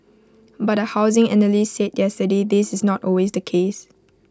but A housing analyst said yesterday this is not always the case